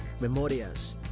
memorias